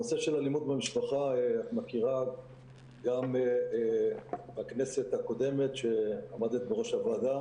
הנושא של אלימות במשפחה את מכירה גם בכנסת הקודמת כשעמדת בראש הוועדה